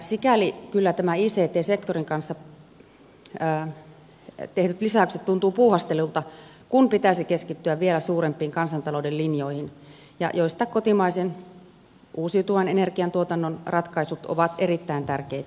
sikäli kyllä nämä ict sektorin kanssa tehdyt lisäykset tuntuvat puuhastelulta kun pitäisi keskittyä vielä suurempiin kansantalouden linjoihin joista kotimaisen uusiutuvan energian tuotannon ratkaisut ovat erittäin tärkeitä